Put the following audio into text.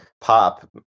pop